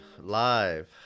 live